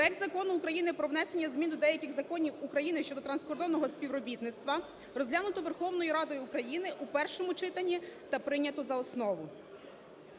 проект Закону України про внесення змін до деяких законів України щодо транскордонного співробітництва розглянуто Верховною Радою України у першому читанні та прийнято за основу.